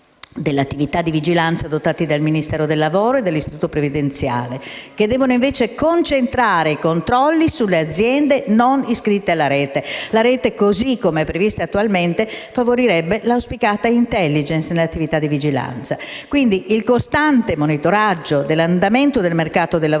dell'attività di vigilanza adottati dal Ministero del lavoro e delle politiche sociali e dall'istituto previdenziale, che devono invece concentrare i controlli sulle aziende non iscritte alla Rete. La Rete, così come è prevista attualmente, favorirebbe l'auspicata *intelligence* nell'attività di vigilanza. Quindi, il costante monitoraggio dell'andamento del mercato del lavoro